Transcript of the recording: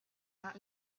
out